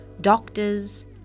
doctors